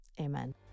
Amen